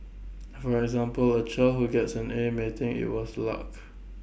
for example A child who gets an A may think IT was luck